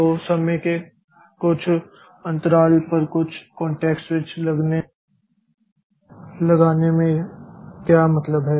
तो समय के कुछ अंतराल पर कुछ कॉंटेक्स्ट स्विच लगाने में क्या मतलब है